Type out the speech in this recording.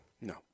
No